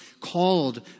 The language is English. called